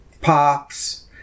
pops